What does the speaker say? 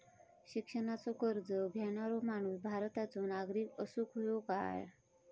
शिक्षणाचो कर्ज घेणारो माणूस भारताचो नागरिक असूक हवो काय?